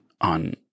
on